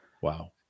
Wow